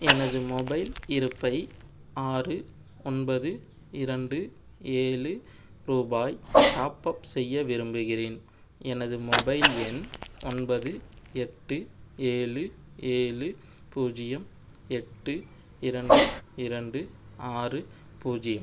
எனது மொபைல் இருப்பை ஆறு ஒன்பது இரண்டு ஏழு ரூபாய் டாப் அப் செய்ய விரும்புகிறேன் எனது மொபைல் எண் ஒன்பது எட்டு ஏழு ஏழு பூஜ்ஜியம் எட்டு இரண்டு இரண்டு ஆறு பூஜ்ஜியம்